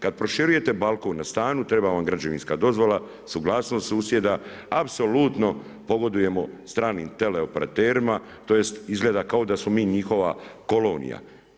Kada proširujete balkon na stanu, treba vam građevinska dozvola, suglasnost susjeda, apsolutno pogodujemo starim teleoperaterima, tj. izgleda kao da smo mi njihova kolonija.